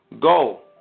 Go